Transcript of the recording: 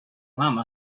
llama